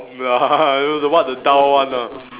what the down one ah